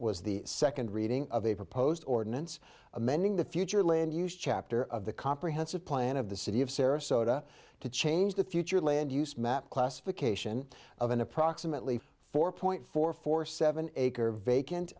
was the second reading of a proposed ordinance amending the future land use chapter of the comprehensive plan of the city of sarasota to change the future land use map classification of an approximately four point four four seven acre vacant